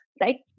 right